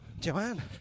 Joanne